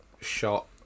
shot